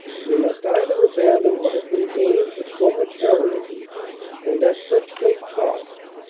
we must either abandon what had been gained with so much heroism and at such great cost,